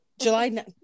July